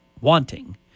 wanting